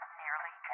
nearly